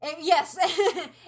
Yes